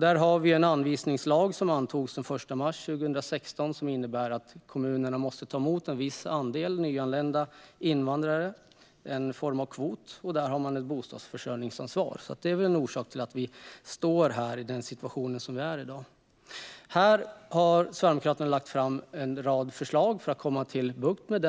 Den anvisningslag som antogs den 1 mars 2016 innebär att kommunerna måste ta emot en viss andel av de nyanlända invandrarna genom en kvot. Där har man ett bostadsförsörjningsansvar. Detta är väl en orsak till att vi har den situation vi har i dag. Sverigedemokraterna har lagt fram en rad förslag för att få bukt med